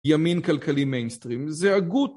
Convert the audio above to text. ימין כלכלי מיינסטרים. זה הגות.